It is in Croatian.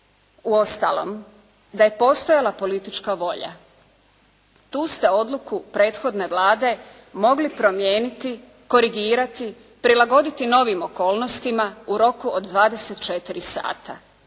Uostalom, da je postojala politička volja tu ste odluku prethodne Vlade mogli promijeniti, korigirati, prilagoditi novim okolnostima u roku od 24 sata.